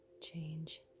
change